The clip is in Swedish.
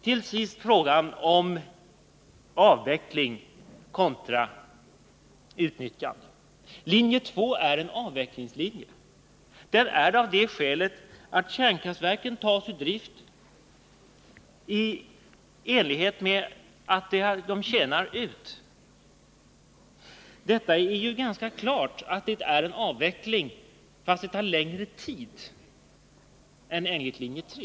Till sist till frågan om en avveckling av kärnkraften kontra ett utnyttjande av den. Linje 2 är en avvecklingslinje. Det är den av det skälet att kärnkraftverken tas ur drift i och med att de tjänat ut. Det är ganska klart att detta är en avveckling, fastän den tar längre tid än enligt linje 3.